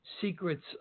secrets